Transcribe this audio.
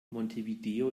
montevideo